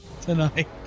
tonight